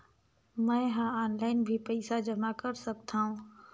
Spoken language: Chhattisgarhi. मैं ह ऑनलाइन भी पइसा जमा कर सकथौं?